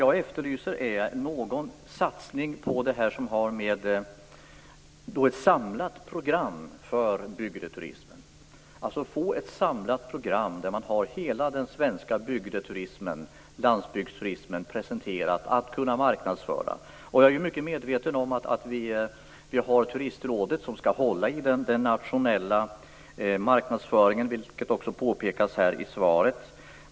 Jag efterlyser en satsning på ett samlat program för bygdeturismen, dvs. ett samlat program där man har hela den svenska bygdeturismen och landsbygdsturismen presenterad, som man kan marknadsföra. Jag är mycket medveten om att det är Turistrådet som skall hålla i den nationella marknadsföringen. Det påpekas också i svaret.